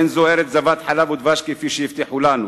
אין זו ארץ זבת חלב ודבש, כפי שהבטיחו לנו,